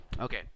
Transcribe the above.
Okay